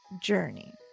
journey